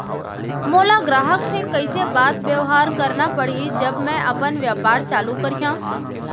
मोला ग्राहक से कइसे बात बेवहार करना पड़ही जब मैं अपन व्यापार चालू करिहा?